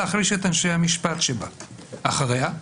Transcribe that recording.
להחליש את אנשי המשפט שבה; אחריה,